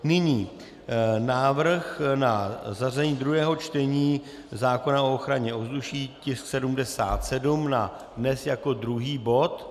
Nyní návrh na zařazení druhého čtení zákona o ochraně ovzduší, tisk 77 na dnes jako druhý bod.